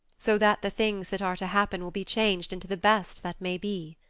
so that the things that are to happen will be changed into the best that may be.